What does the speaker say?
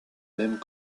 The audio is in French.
mêmes